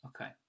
Okay